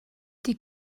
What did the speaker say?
die